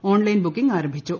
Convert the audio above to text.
online booking ആരംഭിച്ചു